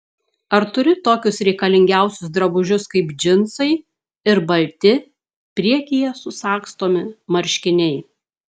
ar turi tokius reikalingiausius drabužius kaip džinsai ir balti priekyje susagstomi marškiniai